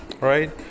right